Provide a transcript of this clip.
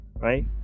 right